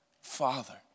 Father